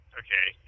okay